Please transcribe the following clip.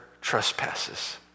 trespasses